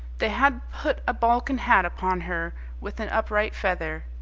they had put a balkan hat upon her with an upright feather,